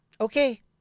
okay